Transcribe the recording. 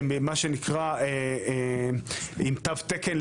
מה שנקרא עם תו תקן